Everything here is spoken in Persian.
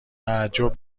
تعجب